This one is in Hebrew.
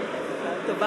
גרוניס,